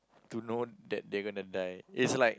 don't know that they gonna die it's like